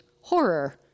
horror